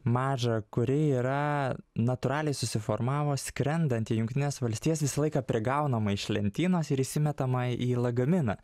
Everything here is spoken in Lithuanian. mažą kuri yra natūraliai susiformavo skrendant į jungtines valstijas visą laiką prigaunama iš lentynos ir įsimetama į lagaminą